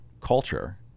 culture